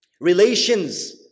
relations